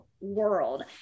world